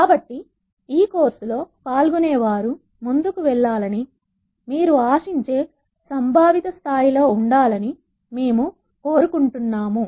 కాబట్టి ఈ కోర్సులో పాల్గొనేవారు ముందుకు వెళ్లాలని మీరు ఆశించే సంభావిత స్థాయిలో ఉండాలని మేము కోరుకుంటున్నాము